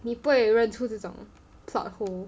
你不会认出这种 plot hole